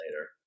later